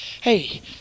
Hey